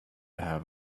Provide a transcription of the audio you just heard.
have